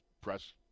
press